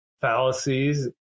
fallacies